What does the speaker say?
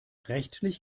rechtlich